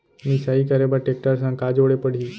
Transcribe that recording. मिसाई करे बर टेकटर संग का जोड़े पड़ही?